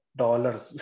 dollars